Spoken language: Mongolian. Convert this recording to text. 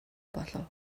болов